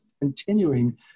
continuing